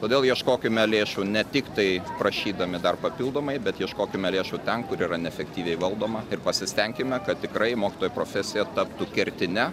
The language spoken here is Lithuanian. todėl ieškokime lėšų ne tiktai prašydami dar papildomai bet ieškokime lėšų ten kur yra neefektyviai valdoma ir pasistenkime kad tikrai mokytojo profesija taptų kertine